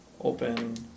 open